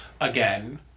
again